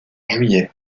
juillet